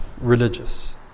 religious